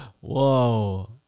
Whoa